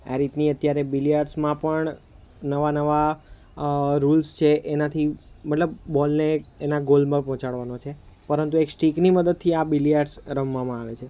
આ રીતની અત્યારે બિલીયાર્ડ્સમાં પણ નવા નવા રૂલ્સ છે એનાથી મતલબ બોલને એના ગોલમાં પહોંચાડવાનો છે પરંતુ એક સ્ટિકની મદદથી આ બિલીયાર્ડ્સ રમવામાં આવે છે